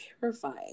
terrifying